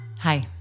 Hi